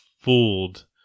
fooled